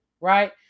right